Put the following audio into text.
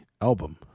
album